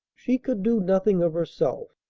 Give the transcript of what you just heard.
she could do nothing of herself,